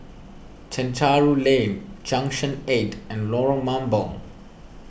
Chencharu Lane Junction eight and Lorong Mambong